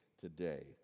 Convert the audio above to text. today